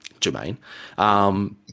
Jermaine